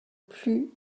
plus